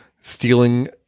stealing